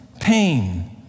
pain